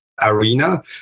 arena